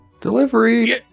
Delivery